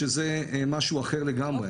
שזה משהו אחר לגמרי,